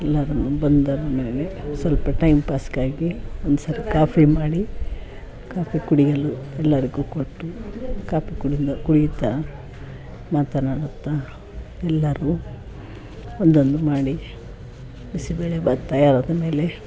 ಎಲ್ಲಾರು ಬಂದಾದ ಮೇಲೆ ಸ್ವಲ್ಪ ಟೈಮ್ ಪಾಸ್ಗಾಗಿ ಒಂದು ಸಲ ಕಾಫಿ ಮಾಡಿ ಕಾಫಿ ಕುಡಿಯಲು ಎಲ್ಲರಿಗೂ ಕೊಟ್ಟು ಕಾಫಿ ಕುಡಿಯಲು ಕುಡಿಯುತ್ತಾ ಮಾತನಾಡುತ್ತಾ ಎಲ್ಲರಿಗೂ ಒಂದೊಂದು ಮಾಡಿ ಬಿಸಿಬೇಳೆಭಾತು ತಯಾರಾದ ಮೇಲೆ